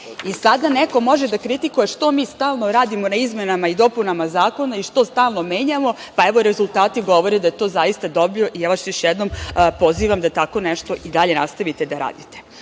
neko može da kritikuje što mi stalno radimo na izmenama i dopunama zakona i što stalno menjamo, a evo rezultati govore da je to zaista dobro. Ja vas još jednom pozivam da tako nešto i dalje nastavite da radite. Inače,